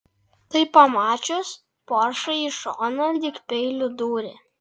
tai pamačius poršai į šoną lyg peiliu dūrė